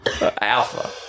Alpha